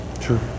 Sure